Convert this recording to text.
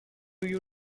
you